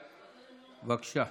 בבקשה.